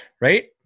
right